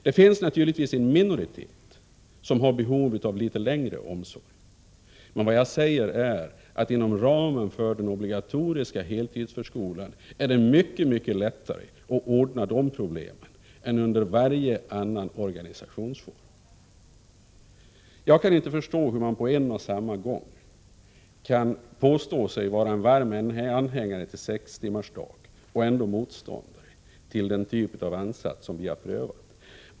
Det finns naturligtvis en minoritet som har behov av litet längre omsorg, men vad jag säger är att inom ramen för den obligatoriska heltidsförskolan är det mycket lättare att ordna de problemen än under varje annan organisationsform. Jag kan inte förstå hur man på en och samma gång kan påstå sig vara en varm anhängare av sex timmars arbetsdag och ändå motståndare till den typ av ansats som vi har prövat.